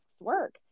work